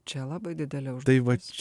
čia labai didelė užduotis